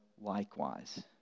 likewise